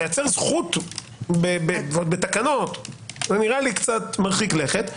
לייצר זכות ועוד בתקנות נראה לי קצת מרחיק לכת.